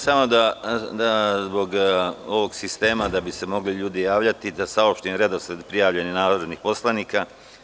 Samo zbog ovog sistema, da bi se mogli ljudi javljati, da saopštim redosled prijavljenih narodnih poslanika.